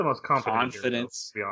confidence